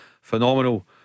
phenomenal